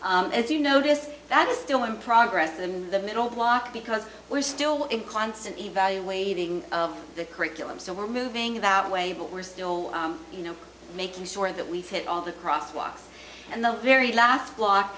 as you noticed that is still in progress in the middle block because we're still in constant evaluating of the curriculum so we're moving about a way but we're still you know making sure that we've hit all the crosswalks and the very last block